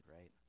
right